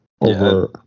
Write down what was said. over